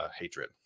hatred